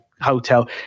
hotel